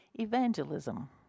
evangelism